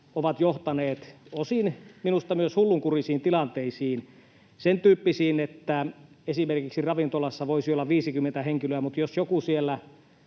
ovat johtaneet minusta osin myös hullunkurisiin tilanteisiin, sen tyyppisiin, että esimerkiksi ravintolassa voisi olla 50 henkilöä, mutta jos joku siellä